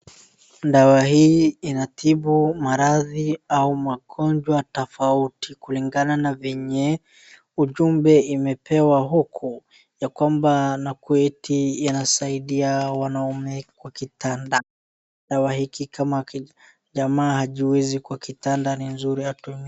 Dawa hii inatibu maradhi au magonjwa tofauti kulingana na venye ujumbe imepewa huku ya kwamba na kwa eti yanasaidia wanaume kwa kitanda. Dawa hiki kama jamaa hajiwezi kwa kitanda ni nzuri atumie.